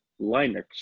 Linux